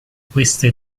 queste